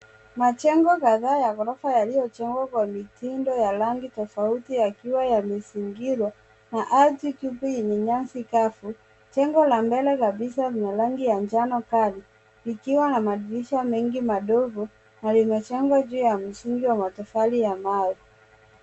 Majengo kadhaa ya ghorofa yaliyojengwa kwa mitindo ya rangi tofauti yakiwa yamezingirwa na ardhi tupu yenye nyasi kavu. Jengo la mbele kabisa lina rangi ya njano kali likiwa na madirisha mengi madogo na limejengwa juu ya msingi wa matofali ya mawe.